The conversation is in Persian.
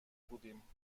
بودیم